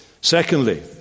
Secondly